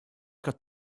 got